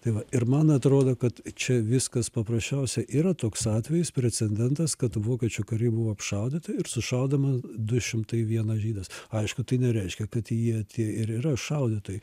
tai va ir man atrodo kad čia viskas paprasčiausia yra toks atvejis precedentas kad vokiečių kariai buvo apšaudyta ir sušaudoma du šimtai vienas žydas aišku tai nereiškia kad jie tie ir yra šaudė tai